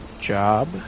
Job